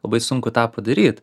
labai sunku tą padaryt